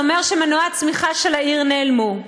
זה אומר שמנועי הצמיחה של העיר נעלמו.